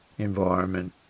environment